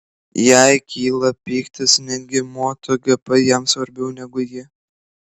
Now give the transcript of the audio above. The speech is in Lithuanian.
jai kyla pyktis negi moto gp jam svarbiau negu ji